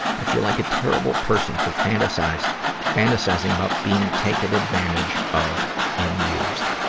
i feel like a terrible person for fantasizing fantasizing about being taken advantage of and used.